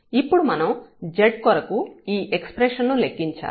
ఇప్పుడు మనం z కొరకు ఈ ఎక్స్ప్రెషన్ ను లెక్కించాలి